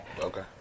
Okay